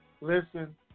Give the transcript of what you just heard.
Listen